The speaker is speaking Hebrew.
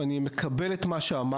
ואני מקבל את מה שאמרת,